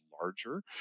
larger